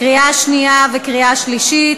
לקריאה שנייה ולקריאה שלישית.